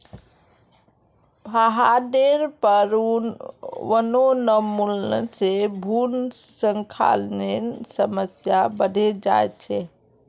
पहाडेर पर वनोन्मूलन से भूस्खलनेर समस्या बढ़े जा छे